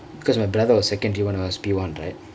because my brother was secondary one when I was P one right